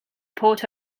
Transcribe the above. port